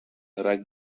rugby